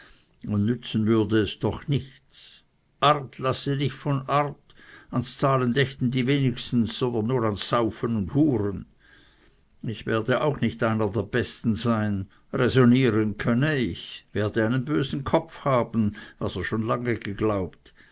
nützen würde es doch nichts art lasse nicht von art ans zahlen dächten die wenigsten sondern nur ans saufen und huren ich werde auch nicht einer der besten sein räsonnieren könne ich werde einen bösen kopf haben was er schon lange geglaubt